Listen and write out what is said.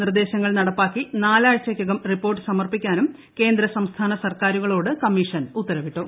നിർദ്ദേശങ്ങൾ നടപ്പിലാക്കി നാലാഴ്ചയ്ക്കുകം റിപ്പോർട്ട് സമർപ്പിക്കാനും കേന്ദ്ര സംസ്ഥാന സർക്കാരുകളോട് കമ്മീഷൻ ഉത്തരവിട്ടു